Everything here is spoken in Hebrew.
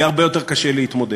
יהיה הרבה יותר קשה להתמודד.